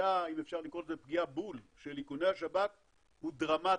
בפגיעה בול של איכוני השב"כ הוא דרמטי.